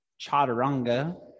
chaturanga